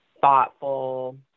thoughtful